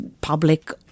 public